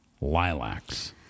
lilacs